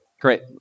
Great